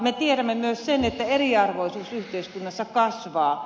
me tiedämme myös sen että eriarvoisuus yhteiskunnassa kasvaa